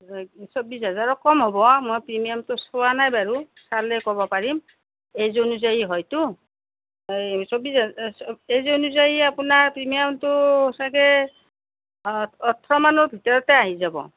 চৌবিছ হাজাৰৰ কম হ'ব মই প্ৰিমিয়ামটো চোৱা নাই বাৰু চালে ক'ব পাৰিম এজ অনুযায়ী হয়তো এই চৌবিছ হাজাৰ এজ অনুযায়ী আপোনাৰ প্ৰিমিয়ামটো চাগে ওঠৰমানৰ ভিতৰতে আহি যাব